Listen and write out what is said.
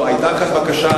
היתה כאן בקשה,